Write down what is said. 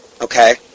Okay